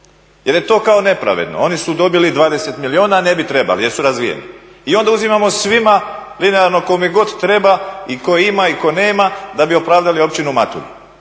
jer je to kao nepravedno. Oni su dobili 20 milijuna, a ne bi trebali jer su razvijeni. I onda uzimamo svima linearno kome god treba i tko ima i tko nema da bi opravdali Općinu Matulje.